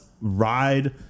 ride